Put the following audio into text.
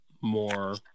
more